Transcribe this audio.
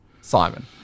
Simon